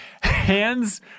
hands